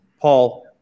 Paul